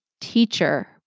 teacher